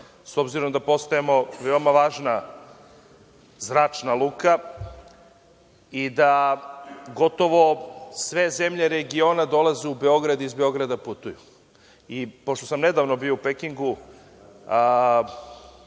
s obzirom da postajemo veoma važna zračna luka i da gotovo sve zemlje regiona dolaze u Beograd i iz Beograda putuju. Pošto sam nedavno bio u Pekingu,